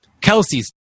Kelsey's